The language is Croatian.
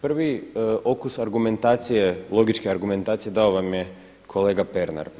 Prvi okus argumentacije logičke argumentacije dao vam je kolega Pernar.